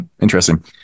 interesting